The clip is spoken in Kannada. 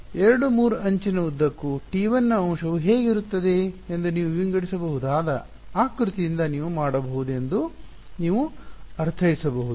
2 3 ಅಂಚಿನ ಉದ್ದಕ್ಕೂ T1 ನ ಅಂಶವು ಹೇಗಿರುತ್ತದೆ ಎಂದು ನೀವು ವಿಂಗಡಿಸಬಹುದಾದ ಆಕೃತಿಯಿಂದ ನೀವು ಮಾಡಬಹುದು ಎಂದು ನೀವು ಅರ್ಥೈಸಬಹುದು